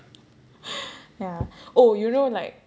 ya oh you know like